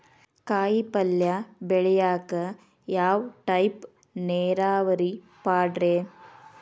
ಕಾಯಿಪಲ್ಯ ಬೆಳಿಯಾಕ ಯಾವ ಟೈಪ್ ನೇರಾವರಿ ಪಾಡ್ರೇ?